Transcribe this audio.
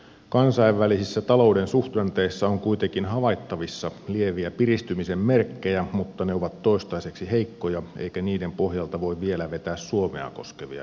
kansainvälisissä talouden suhdanteissa on kuitenkin havaittavissa lieviä piristymisen merkkejä mutta ne ovat toistaiseksi heikkoja eikä niiden pohjalta voi vielä vetää suomea koskevia johtopäätöksiä